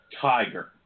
tiger